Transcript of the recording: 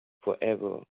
forever